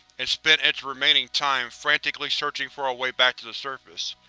and spent its remaining time frantically searching for a way back to the surface.